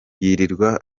yirirwa